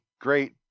great